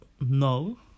No